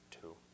two